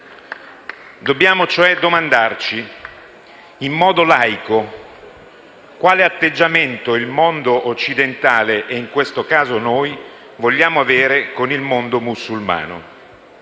Dobbiamo cioè domandarci, in modo laico, quale atteggiamento il mondo occidentale e in questo caso noi vogliamo avere nei confronti del mondo musulmano.